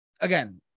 again